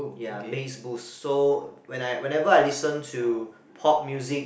ya base boost so when I whenever I listen to pop music